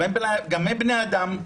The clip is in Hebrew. גם הם בני אדם.